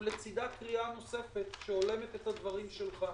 ולצדה קריאה נוספת שהולמת את הדברים שלך.